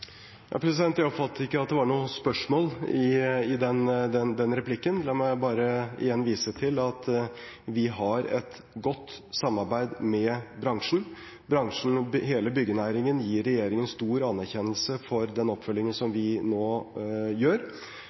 Jeg oppfattet ikke at det var noe spørsmål i den replikken. La meg bare igjen vise til at vi har et godt samarbeid med bransjen. Bransjen – hele byggenæringen – gir regjeringen stor anerkjennelse for den oppfølgingen som vi nå gjør.